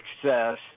success